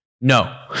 No